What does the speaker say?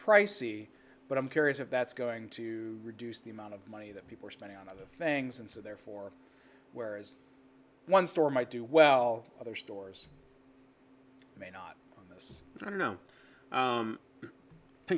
pricey but i'm curious if that's going to reduce the amount of money that people are spending on other things and so therefore where as one store might do well other stores may not on this i don't know